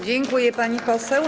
Dziękuję, pani poseł.